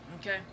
okay